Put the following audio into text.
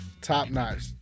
top-notch